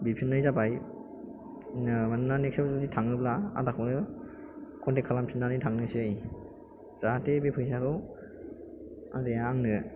बिफिननाय जाबाय मानोना नेक्सटआव जुदि थाङोब्ला आदाखौनो कन्टेक खालामफिननानै थांनोसै जाहाते बे फैसाखौ आदाया आंनो